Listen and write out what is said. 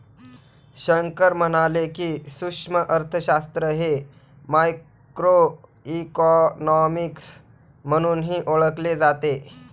शंकर म्हणाले की, सूक्ष्म अर्थशास्त्र हे मायक्रोइकॉनॉमिक्स म्हणूनही ओळखले जाते